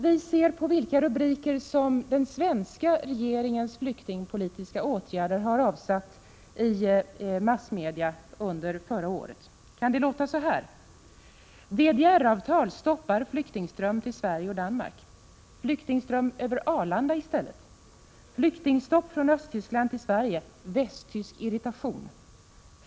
De rubriker den svenska regeringens flyktingpolitiska åtgärder har avsatt i massmedia förra året kan se ut så här: Flyktingstopp från Östtyskland till Sverige. Västtysk irritation.